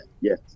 Yes